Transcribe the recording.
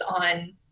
on